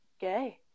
gay